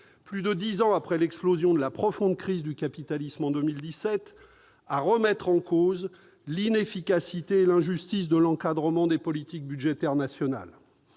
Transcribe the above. plus de dix ans après l'explosion de la profonde crise du capitalisme en 2007, à remettre en cause l'inefficacité et l'injustice de l'encadrement des politiques budgétaires nationales.